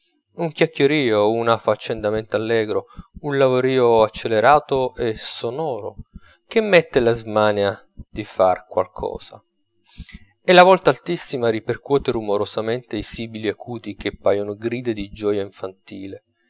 un chiacchierio un affaccendamento allegro un lavorio accelerato e sonoro che mette la smania di far qualche cosa e la vlta altissima ripercuote rumorosamente i sibili acuti che paiono grida di gioia infantile